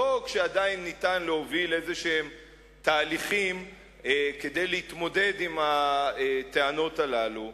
לא כשעדיין ניתן להוביל תהליכים כלשהם כדי להתמודד עם הטענות הללו,